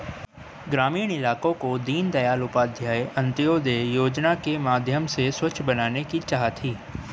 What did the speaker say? ग्रामीण इलाकों को दीनदयाल उपाध्याय अंत्योदय योजना के माध्यम से स्वच्छ बनाने की चाह थी